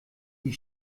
die